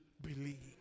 believe